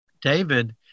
David